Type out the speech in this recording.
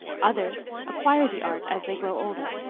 others acquire the art as they grow older.